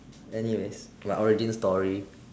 anyways my origin story